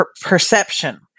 perception